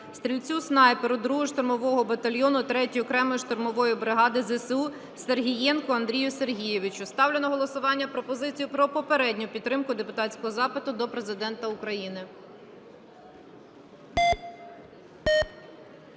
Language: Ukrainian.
стрільцю-снайперу 2-го штурмового батальйону 3-ї окремої штурмової бригади ЗСУ Сергієнку Андрію Сергійовичу. Ставлю на голосування пропозицію про попередню підтримку депутатського запиту до Президента України.